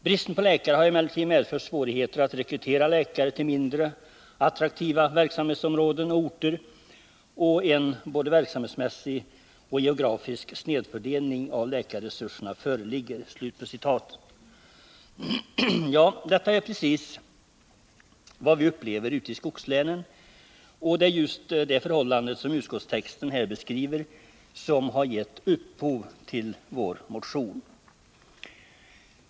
Bristen på läkare har emellertid medfört svårigheter att rekrytera iäkare till mindre attraktiva verksamhetsområden och orter och en både verksamhetsmässig och geografisk snedfördelning av läkarresurserna föreligger.” Ja, det är precis vad vi upplever ute i skogslänen, och det är just det förhållande som utskottstexten här beskriver som gett upphov till vår motion.